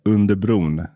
Underbron